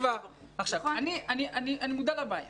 אני מודע לבעיה.